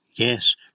Yes